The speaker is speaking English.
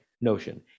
notion